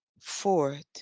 Fourth